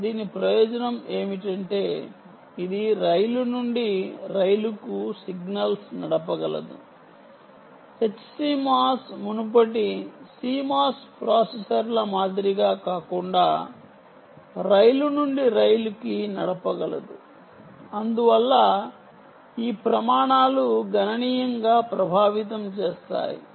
HCMOS దీని ప్రయోజనం ఏమిటంటే ఇది రైలు నుండి రైలుకు సిగ్నల్స్ నడపగలదు HCMOS మునుపటి CMOS ప్రాసెసర్ల మాదిరిగా కాకుండా రైలు నుండి రైలుకు నడపగలదు అందువల్ల ఈ ప్రమాణాలు గణనీయంగా ప్రభావితం చేస్తాయి